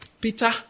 Peter